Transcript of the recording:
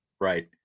Right